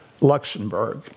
Luxembourg